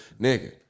nigga